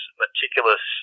meticulous